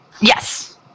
Yes